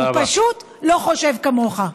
הוא פשוט לא חושב כמוך.